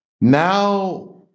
now